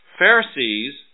Pharisees